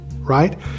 right